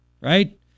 right